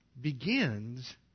begins